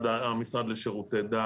עם המשרד לשירותי דת,